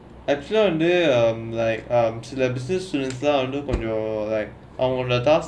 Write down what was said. actually under um like um the business students lah uh like on a task